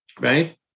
right